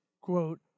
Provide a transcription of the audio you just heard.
quote